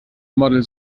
model